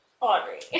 Audrey